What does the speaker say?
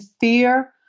fear